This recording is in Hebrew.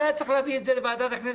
לא היה צריך להביא את זה לוועדת הכנסת,